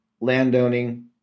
landowning